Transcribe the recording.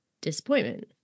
disappointment